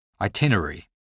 itinerary